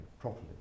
properly